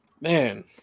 man